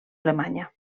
alemanya